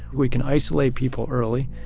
we can isolate people early.